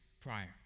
prior